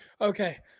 okay